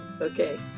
okay